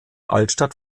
altstadt